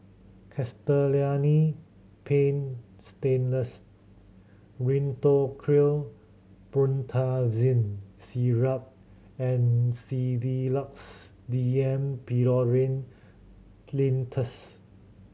Castellani Paint Stainless Rhinathiol Promethazine Syrup and Sedilix D M Pseudoephrine Linctus